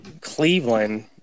Cleveland